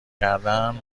کردن